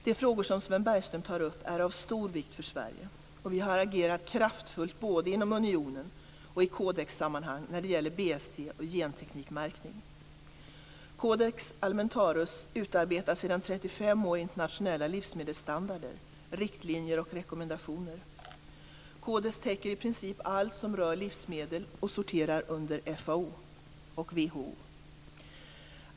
De frågor som Sven Bergström tar upp är av stor vikt för Sverige, och vi har agerat kraftfullt både inom Unionen och i Codexsammanhang när det gäller Codex Alimentarius utarbetar sedan 35 år internationella livsmedelsstandarder, riktlinjer och rekommendationer. Codex täcker i princip allt som rör livsmedel och sorterar under FAO .